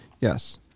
yes